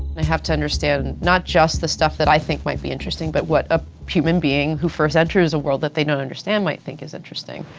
i have to understand not just the stuff that i think might be interesting, but what a human being who first enters a world that they don't understand might think is interesting.